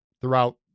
throughout